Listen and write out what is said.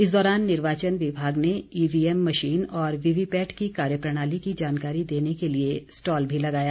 इस दौरान निर्वाचन विभाग ने ईवी एम मशीन और वीवी पैट की कार्य प्रणाली की जानकारी देने के लिए स्टॉल भी लगाया